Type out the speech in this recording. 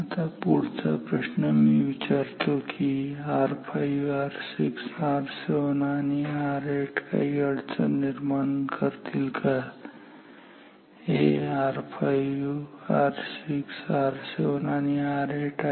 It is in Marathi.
आता पुढचा प्रश्न मी विचारतो की R5 R6 R7 आणि R8 काही अडचण निर्माण करतील का हे R5 R6 R7 आणि R8 आहेत